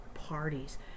parties